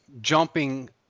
jumping